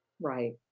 Right